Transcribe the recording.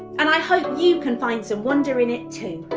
and i hope you can find some wonder in it too.